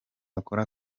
bakora